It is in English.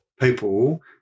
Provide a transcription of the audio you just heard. people